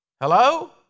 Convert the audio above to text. Hello